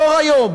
לאור היום,